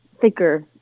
thicker